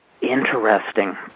Interesting